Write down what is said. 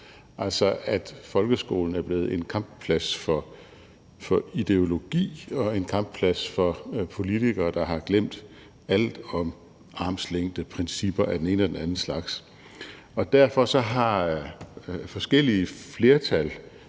altså at folkeskolen er blevet en kampplads for ideologi og en kampplads for politikere, der har glemt alt om armslængdeprincipper af den ene og den anden slags. Derfor har forskellige flertal